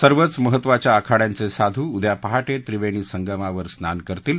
सर्वच महत्वाच्या आखाडयांचे साधू उद्या पहाटे त्रिवेणी संगमावर स्नान करतील